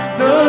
no